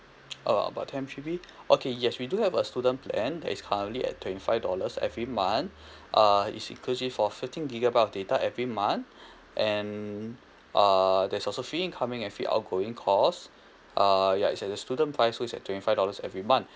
uh about ten G_B okay yes we do have a student plan that is currently at twenty five dollars every month uh it's inclusive of fifteen gigabyte of data every month and err there's also free incoming and free outgoing calls err ya it's at a student price so it's at twenty five dollars every month